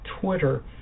Twitter